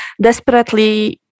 desperately